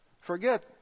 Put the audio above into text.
forget